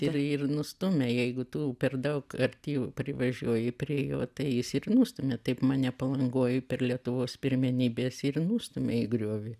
ir ir nustūmė jeigu tu per daug arti privažiuoji prie jo tai jis ir nustumia taip mane palangoj per lietuvos pirmenybes ir nustumė į griovį